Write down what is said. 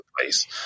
place